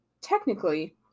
technically